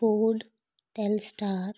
fowl tail star